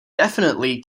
definitely